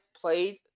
played